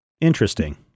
interesting